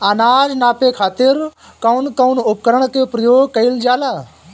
अनाज नापे खातीर कउन कउन उपकरण के प्रयोग कइल जाला?